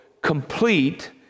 complete